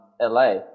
LA